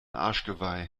arschgeweih